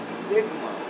stigma